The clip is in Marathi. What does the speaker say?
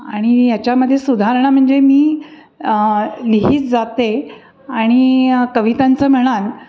आणि याच्यामध्ये सुधारणा म्हणजे मी लिहित जाते आणि कवितांचं म्हणाल